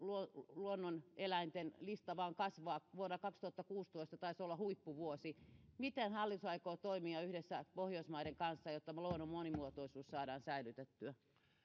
luonnoneläinten lista vain kasvaa vuonna kaksituhattakuusitoista taisi olla huippuvuosi miten hallitus aikoo toimia yhdessä pohjoismaiden kanssa jotta luonnon monimuotoisuus saadaan säilytettyä